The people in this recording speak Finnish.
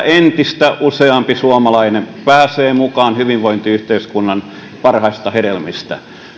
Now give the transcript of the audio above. entistä useampi suomalainen pääsee mukaan nauttimaan hyvinvointiyhteiskunnan parhaista hedelmistä